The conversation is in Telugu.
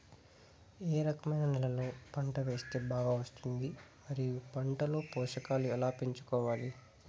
ఏ రకమైన నేలలో పంట వేస్తే బాగా వస్తుంది? మరియు పంట లో పోషకాలు ఎలా పెంచుకోవాలి?